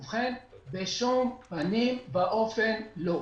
ובכן, בשום פנים ואופן לא.